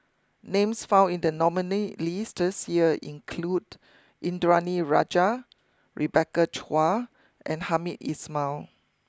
names found in the nominee list this year include Indranee Rajah Rebecca Chua and Hamed Ismail